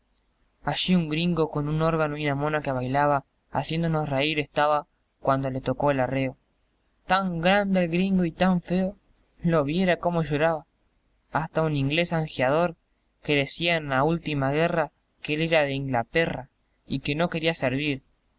allí un gringo con un órgano y una mona que bailaba haciéndonos rair estaba cuanto le tocó el arreo tan grande el gringo y tan feo lo viera cómo lloraba hasta un inglés zanjiador que decía en la última guerra que él era de incalaperra y que no quería servir